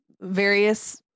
various